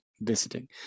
visiting